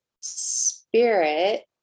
spirit